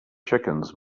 chickens